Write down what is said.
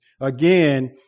Again